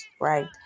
right